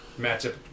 matchup